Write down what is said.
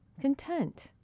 content